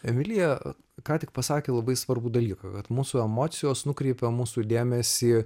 emilija ką tik pasakė labai svarbų dalyką kad mūsų emocijos nukreipia mūsų dėmesį